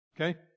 Okay